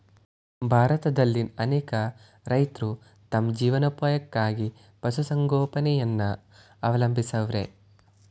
ಭಾರತದಲ್ಲಿನ್ ಅನೇಕ ರೈತ್ರು ತಮ್ ಜೀವನೋಪಾಯಕ್ಕಾಗಿ ಪಶುಸಂಗೋಪನೆಯನ್ನ ಅವಲಂಬಿಸವ್ರೆ